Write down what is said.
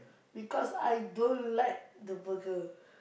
because I don't like the burger